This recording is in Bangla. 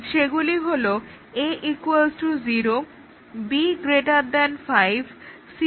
সেগুলি হলো A 0 বা B 5 C 100